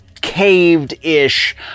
caved-ish